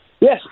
Yes